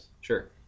sure